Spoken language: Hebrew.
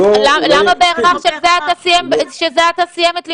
--- למה בהכרח שזה עתה סיים את לימודיו?